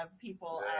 people